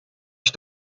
ich